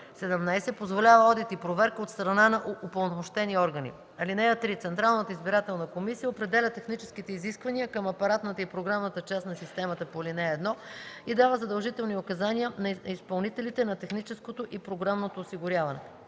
17. позволява одит и проверка от страна на упълномощени органи. (3) Централната избирателна комисия определя техническите изисквания към апаратната и програмната част на системата по ал. 1 и дава задължителни указания на изпълнителите на техническото и програмното осигуряване.”